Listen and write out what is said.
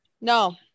no